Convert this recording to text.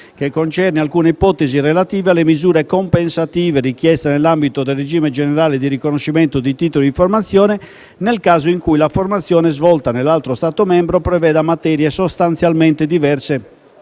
che concerne alcune ipotesi relative alle misure compensative richieste nell'ambito del regime generale di riconoscimento di titoli di formazione, nel caso in cui la formazione svolta nell'altro Stato membro preveda materie sostanzialmente diverse